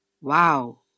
Wow